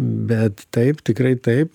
bet taip tikrai taip